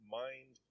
mind